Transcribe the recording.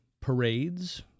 parades